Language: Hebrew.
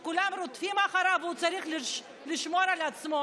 שכולם רודפים אחריו והוא צריך לשמור על עצמו,